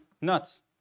nuts